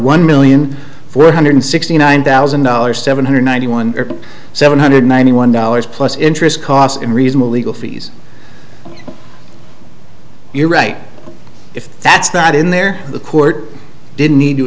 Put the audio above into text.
one million four hundred sixty nine thousand dollars seven hundred ninety one seven hundred ninety one dollars plus interest costs in reasonable legal fees you're right if that's not in there the court didn't need to